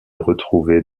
retrouvés